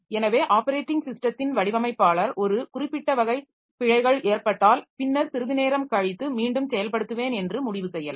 எனவே ஆப்பரேட்டிங் ஸிஸ்டத்தின் வடிவமைப்பாளர் ஒரு குறிப்பிட்ட வகை பிழைகள் ஏற்பட்டால் பின்னர் சிறிது நேரம் கழித்து மீண்டும் செயல்படுத்துவேன் என்று முடிவு செய்யலாம்